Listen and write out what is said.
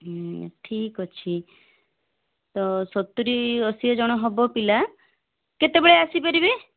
ହୁଁ ଠିକ ଅଛି ତ ସତୁରି ଅସି ଜଣ ହେବ ପିଲା କେତେବେଳେ ଆସି ପାରିବେ